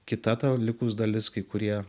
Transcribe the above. kita ta likus dalis kai kurie